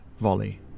volley